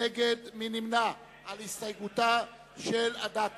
מי נגד הסתייגותה של אדטו?